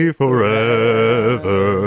forever